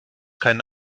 kein